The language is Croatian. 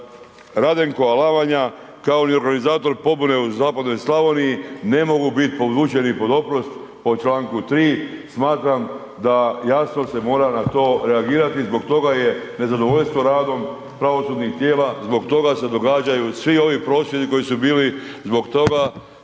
Radenko Alavanja kao .../Govornik se ne razumije./... pobune u zapadnoj Slavoniji ne mogu bit podvučeni pod oprost po članku 3., smatram da jasno se mora na to reagirati, zbog toga je nezadovoljstvo radom pravosudnih tijela, zbog toga se događaju svi ovi prosvjedi koji su bili, zbog toga